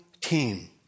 team